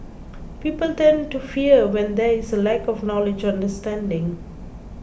people tend to fear when there is a lack of knowledge understanding